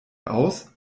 aus